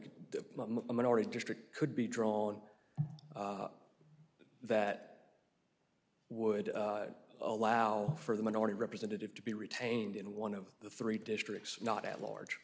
a minority district could be drawn that would allow for the minority representative to be retained in one of the three districts not at large